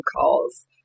calls